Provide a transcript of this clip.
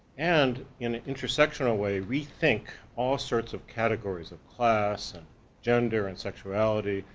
and in a intersectional way, rethink all sorts of categories, of class, and gender and sexuality